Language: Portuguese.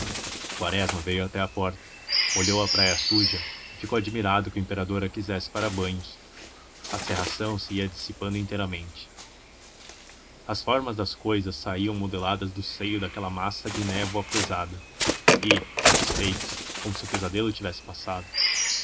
quaresma veio até à porta olhou a praia suja e ficou admirado que o imperador a quisesse para banhos a cerração se ia dissipando inteiramente as formas das cousas saíam modeladas do seio daquela massa de névoa pesada e satisfeitas como se o pesadelo tivesse passado